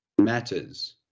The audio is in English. matters